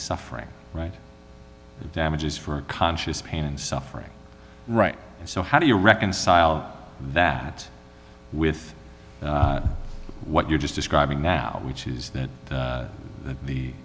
suffering right damages for a conscious pain and suffering right so how do you reconcile that with what you just describing now which is that